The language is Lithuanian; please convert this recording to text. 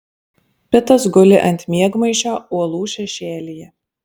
pitas guli ant miegmaišio uolų šešėlyje